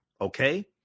Okay